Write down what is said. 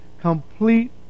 complete